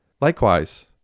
Likewise